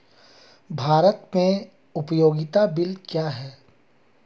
भारत में उपयोगिता बिल क्या हैं?